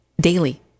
daily